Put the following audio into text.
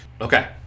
Okay